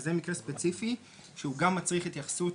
מדובר במקרה ספציפי שמצריך התייחסות